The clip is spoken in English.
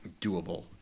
doable